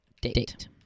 date